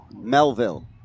Melville